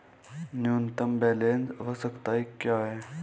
न्यूनतम बैलेंस आवश्यकताएं क्या हैं?